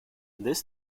this